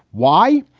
why?